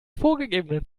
vorgegebenen